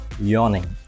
yawning